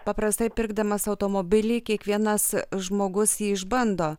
paprastai pirkdamas automobilį kiekvienas žmogus jį išbando